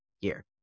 year